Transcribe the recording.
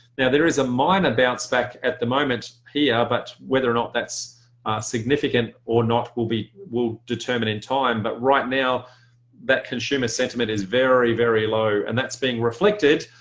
now there is a minor bounce back at the moment here but whether or not that's significant or not, will be determined in time. but right now that consumer sentiment is very very low and that's being reflected